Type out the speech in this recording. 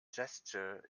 gesture